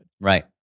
Right